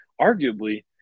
arguably